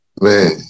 Man